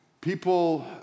people